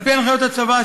על-פי הנחיות הצבא,